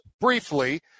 briefly